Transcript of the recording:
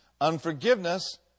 unforgiveness